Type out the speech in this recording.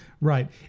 Right